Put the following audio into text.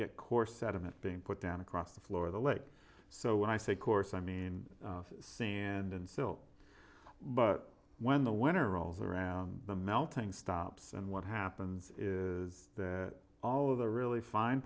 being put down across the floor of the lake so when i say course i mean i've seen and in silt but when the winter rolls around the melting stops and what happens is that all of the really fin